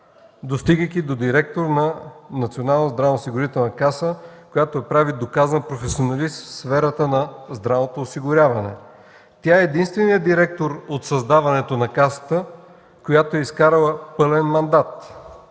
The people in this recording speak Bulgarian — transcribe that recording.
достигайки до директор на Националната здравноосигурителна каса, което я прави доказан професионалист в сферата на здравното осигуряване. Тя е единственият директор от създаването на Касата, която е изкарала пълен мандат.